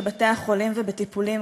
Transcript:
בבתי-החולים ובטיפולים,